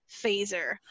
phaser